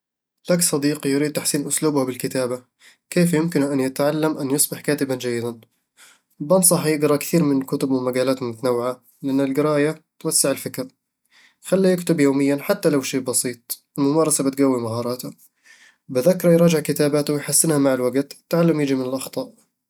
لك صديق يريد تحسين أسلوبه بالكتابة. كيف يمكنه أن يتعلم أن يصبح كاتبًا جيدًا؟ بنصحه يقرأ كثير من كتب ومقالات متنوعة، لأن القراية توسّع الفكر خلّه يكتب يوميًا حتى لو شي بسيط، الممارسة بتقوّي مهارته بذكره يراجع كتاباته ويحسنها مع الوقت، التعلم يجي من الأخطاء